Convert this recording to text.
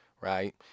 Right